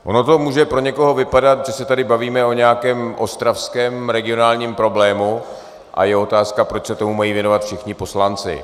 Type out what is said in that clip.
Ono to může pro někoho vypadat, že se tady bavíme o nějakém ostravském regionálním problému a je otázka, proč se tomu mají věnovat všichni poslanci.